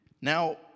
Now